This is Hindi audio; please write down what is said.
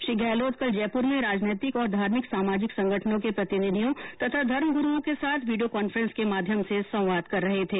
श्री गहलोत कल जयपुर में राजनैतिक और धार्मिक सामाजिक संगठनों के प्रतिनिधियों तथा धर्मगुरूओं के साथ वीडियो कॉन्फ्रेंस के माध्यम से संवाद कर रहे थे